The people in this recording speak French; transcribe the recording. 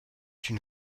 une